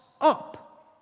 up